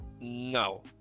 No